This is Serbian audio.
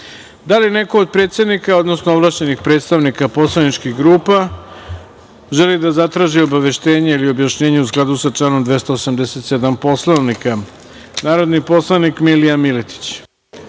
li neko od predsednika, odnosno ovlašćenih predstavnika poslaničkih grupa želi da zatraži obaveštenje ili objašnjenje u skladu sa članom 287. Poslovnika? Reč ima narodni poslanik Milija Miletić.